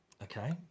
Okay